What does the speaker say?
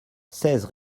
seize